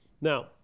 Now